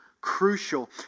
crucial